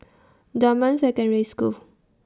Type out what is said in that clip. Dunman Secondary School